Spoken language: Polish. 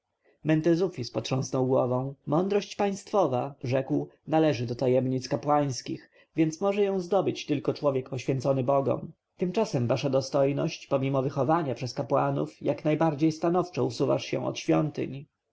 mentezufis potrząsnął głową mądrość państwowa rzekł należy do tajemnic kapłańskich więc może ją zdobyć tylko człowiek poświęcony bogom tymczasem wasza dostojność pomimo wychowania przez kapłanów jak najbardziej stanowczo usuwasz się od świątyń